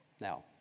Now